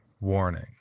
warning